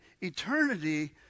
eternity